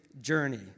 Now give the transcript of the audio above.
journey